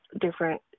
different